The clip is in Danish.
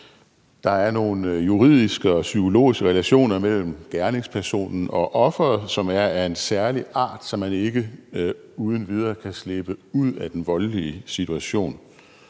Der er nogle juridiske og psykologiske relationer mellem gerningspersonen og offeret, som er af en særlig art, så man ikke uden videre kan slippe ud af den voldelige situation.